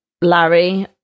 Larry